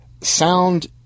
Sound